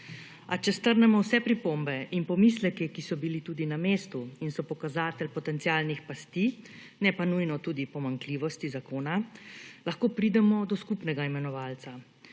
A če strnemo vse pripombe in pomisleke, ki so bili tudi na mestu in so pokazatelj potencialnih pasti, ne pa nujno tudi pomanjkljivosti zakona, lahko pridemo do skupnega imenovalca.